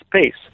space